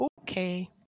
Okay